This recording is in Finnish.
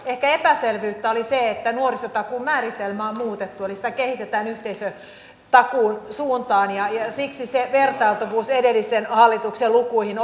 ehkä epäselvyyttä oli siinä että nuorisotakuun määritelmää on muutettu eli sitä kehitetään yhteisötakuun suuntaan ja siksi se vertailtavuus edellisen hallituksen lukuihin